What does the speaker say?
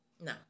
No